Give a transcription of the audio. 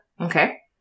Okay